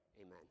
Amen